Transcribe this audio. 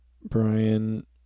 Brian